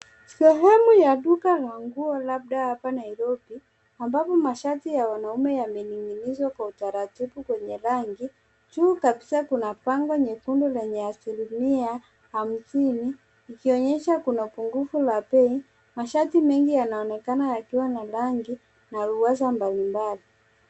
Sehemu ya duka la nguo labda hapa Nairobi ambapo mashati ya wanaume yamening'inizwa kwa utaratibu kwenye rangi. Juu kabisa kuna bango nyekundu lenye asilimia hamsini ikionyesha kuna pungufu la bei. Mashati mengi yanaonekana yakiwa na rangi na ruwaza mbalimbali.